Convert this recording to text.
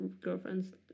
girlfriend's